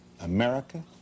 America